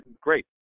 great